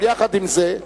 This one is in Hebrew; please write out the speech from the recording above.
אבל יחד עם זה,